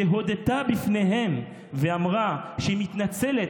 שהודתה בפניהם ואמרה שהיא מתנצלת.